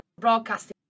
broadcasting